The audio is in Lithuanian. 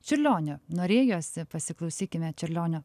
čiurlionio norėjosi pasiklausykime čiurlionio